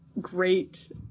great